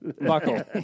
buckle